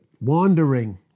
Wandering